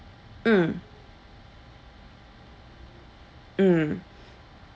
mm mm